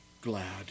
glad